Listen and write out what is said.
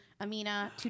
Amina